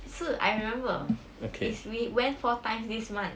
是 I remember is we went four times this month